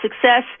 success